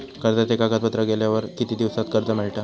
कर्जाचे कागदपत्र केल्यावर किती दिवसात कर्ज मिळता?